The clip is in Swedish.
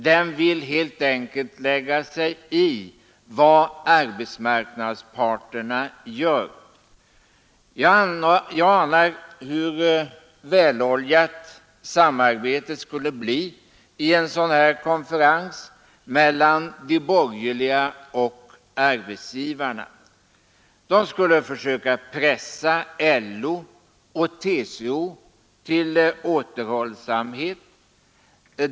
Man vill helt enkelt lägga sig i vad arbetsmarknads parterna gör. Jag anar hur väloljat samarbetet i en sådan konferens skulle bli mellan de borgerliga och arbetsgivarna. De skulle försöka pressa LO och TCO till återhållsamhet.